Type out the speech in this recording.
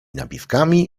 napiwkami